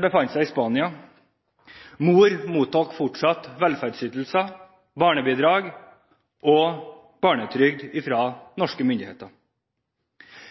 befant seg i Spania. Mor mottok fortsatt velferdsytelser, barnebidrag og barnetrygd fra norske myndigheter.